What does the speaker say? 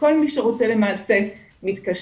כל מי שרוצה למעשה מתקשר,